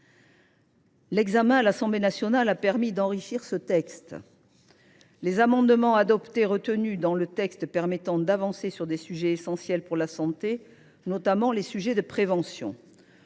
L’examen à l’Assemblée nationale a enrichi ce projet de loi, les amendements adoptés retenus dans le texte visant à avancer sur des sujets essentiels pour la santé, notamment en termes de prévention.